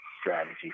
strategy